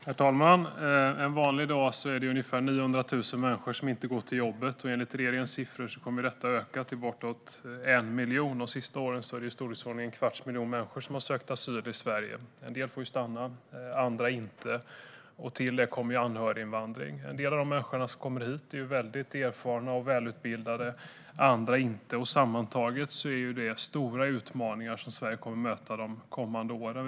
Herr talman! En vanlig dag är det ungefär 900 000 människor som inte går till jobbet. Enligt regeringens siffror kommer antalet att öka till bortåt 1 miljon. Under de senaste åren är det i storleksordningen en kvarts miljon människor som har sökt asyl i Sverige. En del får stanna, och andra inte. Till detta kommer anhöriginvandring. En del av de människor som kommer hit är väldigt erfarna och välutbildade, och andra är det inte. Sammantaget innebär detta stora utmaningar som Sverige kommer att möta de kommande åren.